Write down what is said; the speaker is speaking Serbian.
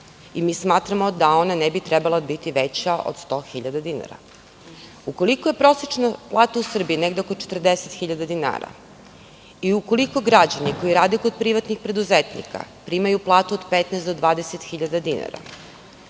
Mi smatramo da ona ne bi trebalo biti veća od 100.000 dinara. Ukoliko je prosečna plata u Srbiji negde oko 40.000 dinara i ukoliko građani koji rade kod privatnih preduzetnika primaju platu od 15.000 do 20.000 dinara,